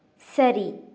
சரி